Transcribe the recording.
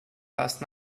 last